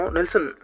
Nelson